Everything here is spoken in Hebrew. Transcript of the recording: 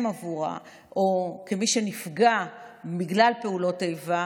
בעבורה או כמי שנפגע בגלל פעולות איבה,